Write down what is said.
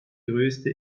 größte